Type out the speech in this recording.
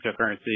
cryptocurrency